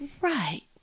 right